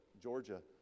georgia